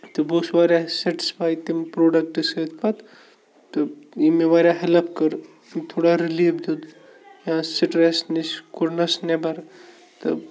تہٕ بہٕ اوس واریاہ سٮ۪ٹٕسفَے تَمہِ پرٛوڈَکٹ سۭتۍ پَتہٕ تہٕ ییٚمہِ مےٚ واریاہ ہٮ۪لَپ کٔر تھوڑا رِلیٖف دیُت یا سٕٹرٮ۪س نِش کوٚڑنَس نٮ۪بَر تہٕ